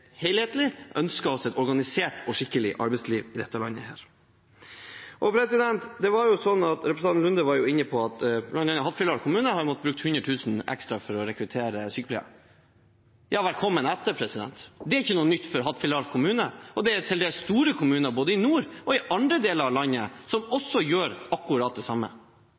ønsker oss et helhetlig, organisert og skikkelig arbeidsliv i dette landet. Representanten Lunde var inne på at Hattfjelldal kommune har måttet bruke 100 000 kr ekstra for å rekruttere sykepleiere. Ja, velkommen etter! Det er ikke noe nytt for Hattfjelldal kommune, og det er til dels store kommuner både i nord og i andre deler av landet som gjør akkurat det samme.